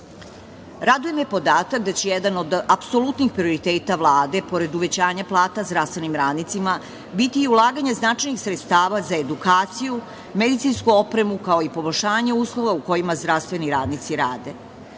veka. Raduje me podatak da će jedan od apsolutnih prioriteta Vlade pored uvećanja plata zdravstvenim radnicima biti i ulaganje značajnih sredstava za edukaciju, medicinsku opremu kao i poboljšanje uslova u kojima zdravstveni radnici rade.